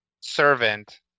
servant